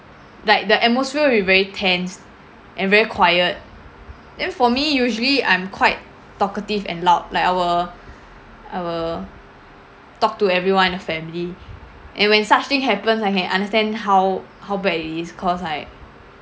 like the atmosphere will be very tense and very quiet then for me usually I'm quite talkative and loud like I will I will talk to everyone in the family and when such thing happens I can understand how how bad it is cause like